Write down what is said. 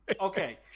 Okay